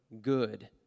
good